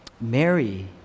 Mary